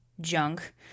junk